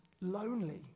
lonely